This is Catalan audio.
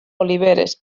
oliveres